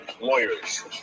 lawyers